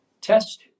Test